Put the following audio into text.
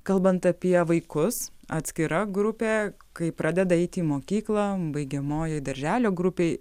kalbant apie vaikus atskira grupė kai pradeda eiti į mokyklą baigiamojoj darželio grupėj